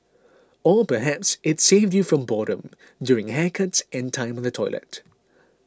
or perhaps it saved you from boredom during haircuts and time on the toilet